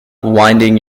winding